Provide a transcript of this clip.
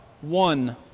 one